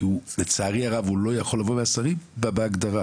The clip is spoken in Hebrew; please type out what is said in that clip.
כי לצערי הרב, הוא לא יכול לבוא מהשרים, בהגדרה.